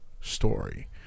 story